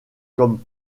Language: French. comme